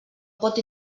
pot